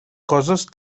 coses